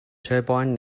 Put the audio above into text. turbine